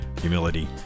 humility